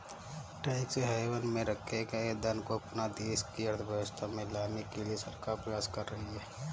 tax haven में रखे गए धन को पुनः देश की अर्थव्यवस्था में लाने के लिए सरकार प्रयास कर रही है